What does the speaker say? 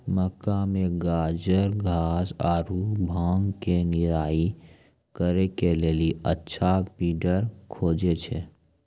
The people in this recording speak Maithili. मक्का मे गाजरघास आरु भांग के निराई करे के लेली अच्छा वीडर खोजे छैय?